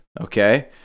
Okay